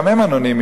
גם הם אנונימיים,